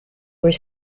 were